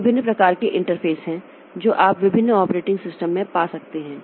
अब विभिन्न प्रकार के इंटरफेस हैं जो आप विभिन्न ऑपरेटिंग सिस्टम में पा सकते हैं